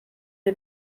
mir